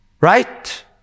Right